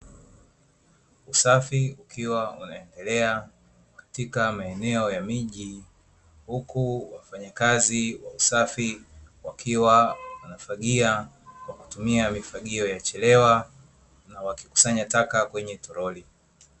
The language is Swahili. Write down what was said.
Usafi ukiwa unaendelea katika maeneo ya miji, huku wafanyakazi wa usafi wakiwa wanafagia kwa kutumia mifagio ya cherewa na wakikusanya taka kwenye torori.